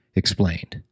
explained